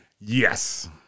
Yes